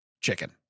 chicken